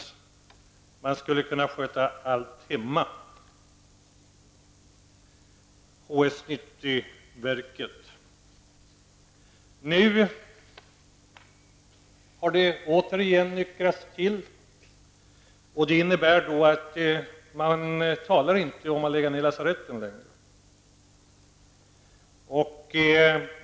Allt skulle skötas hemma -- HS 90-verket! Nu har det återigen nyktrats till. Det innebär att man talar inte längre om att lägga ned lasaretten.